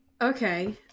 Okay